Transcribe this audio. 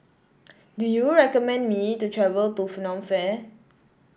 do you recommend me to travel to Phnom Penh